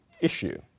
issue